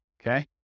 Okay